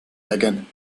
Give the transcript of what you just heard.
digging